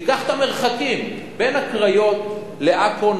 קח את המרחקים בין הקריות לעכו,